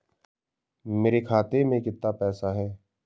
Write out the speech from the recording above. मेरे खाते में कितना पैसा है?